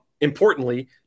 importantly